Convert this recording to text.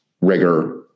rigor